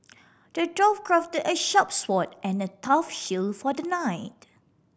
the dwarf crafted a sharp sword and a tough shield for the knight